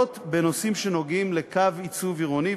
בנושאים שנוגעים לקו עיצוב עירוני,